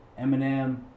Eminem